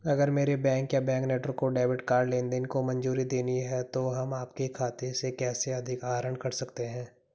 अगर मेरे बैंक या बैंक नेटवर्क को डेबिट कार्ड लेनदेन को मंजूरी देनी है तो हम आपके खाते से कैसे अधिक आहरण कर सकते हैं?